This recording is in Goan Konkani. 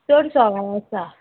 चड सोवाय आसा